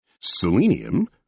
Selenium